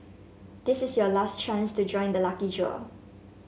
this is your last chance to join the lucky draw